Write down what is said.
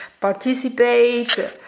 participate